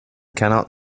cannot